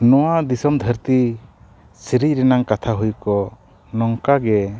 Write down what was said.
ᱱᱚᱣᱟ ᱫᱤᱥᱚᱢ ᱫᱷᱟᱹᱨᱛᱤ ᱥᱤᱨᱤᱡ ᱨᱮᱱᱟᱜ ᱠᱟᱛᱷᱟ ᱦᱩᱭ ᱠᱚᱜ ᱱᱚᱝᱠᱟᱜᱮ